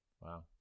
Wow